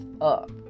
up